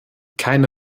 keine